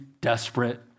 desperate